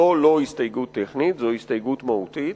זו לא הסתייגות טכנית, זו הסתייגות מהותית.